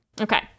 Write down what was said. Okay